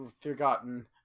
forgotten